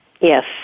Yes